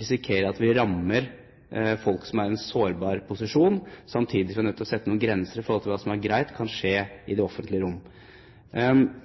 risikerer å ramme folk som er i en sårbar posisjon, samtidig som vi er nødt til å sette noen grenser for hva som er greit kan skje i det